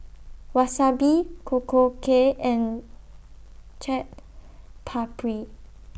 Wasabi Korokke and Chaat Papri